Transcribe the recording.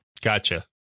Gotcha